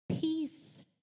peace